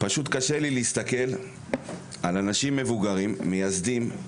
קשה לי להסתכל על אנשים מבוגרים, מייסדים,